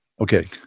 Okay